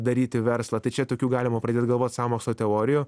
daryti verslą tai čia tokių galima pradėt galvot sąmokslo teorijų